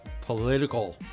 political